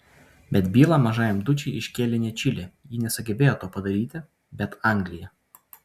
bet bylą mažajam dučei iškėlė ne čilė ji nesugebėjo to padaryti bet anglija